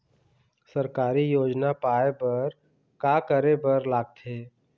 सरकारी योजना पाए बर का करे बर लागथे?